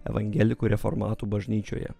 evangelikų reformatų bažnyčioje